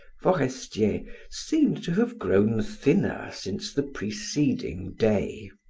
forestier seemed to have grown thinner since the preceding day.